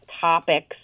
topics